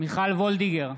מיכל וולדיגר,